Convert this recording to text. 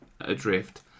adrift